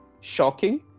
shocking